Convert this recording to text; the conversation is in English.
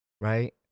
right